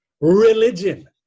Religion